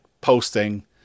posting